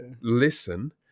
listen